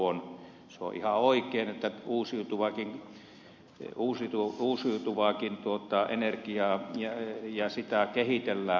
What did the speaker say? se on ihan oikein että uusiutuvaakin energiaa kehitellään